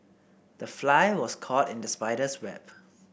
the fly was caught in the spider's web